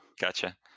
gotcha